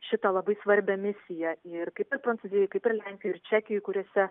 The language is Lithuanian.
šitą labai svarbią misiją ir kaip ir prancūzijoj kaip ir lenkijoj čekijoj kuriose